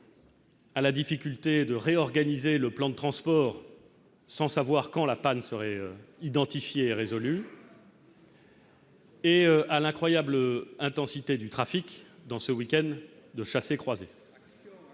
à la difficulté de réorganiser le plan de transport sans savoir quand la panne serait identifié et résolu. Et à l'incroyable intensité du trafic dans ce week-end de chassé-croisé,